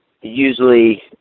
usually